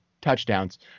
touchdowns